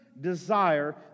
desire